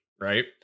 Right